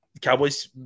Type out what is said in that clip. Cowboys